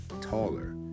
taller